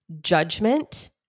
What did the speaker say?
judgment